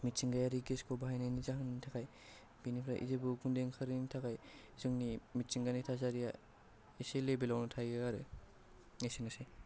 मिथिंगायारि गेसखौ बाहायनायनि जाहोननि थाखाय बेनिफ्राय जेबो उखुन्दै ओंखारैनि थाखाय जोंनि मिथिंगानि थासारिया एसे लेभेलावनो थायो आरो एसेनोसै